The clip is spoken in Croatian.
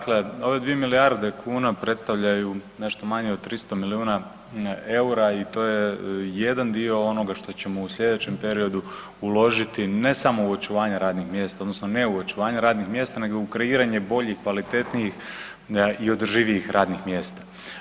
Dakle, ove 2 milijarde kn predstavljaju nešto manje od 300 milijuna eura i to je jedan dio onoga što ćemo u slijedećem periodu uložiti ne samo u očuvanje radnih mjesta odnosno ne u očuvanje radnih mjesta nego u kreiranje boljih, kvalitetnijih i održivijih radnih mjesta.